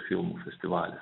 filmų festivalis